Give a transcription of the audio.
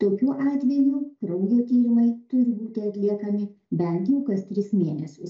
tokiu atveju kraujo tyrimai turi būti atliekami bent jau kas tris mėnesius